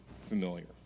familiar